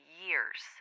years